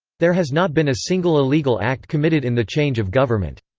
there has not been a single illegal act committed in the change of government.